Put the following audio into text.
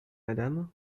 madame